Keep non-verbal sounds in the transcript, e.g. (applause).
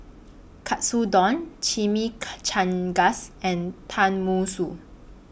Katsudon (unintelligible) and Tenmusu